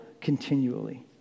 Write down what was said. continually